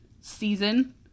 season